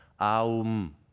Aum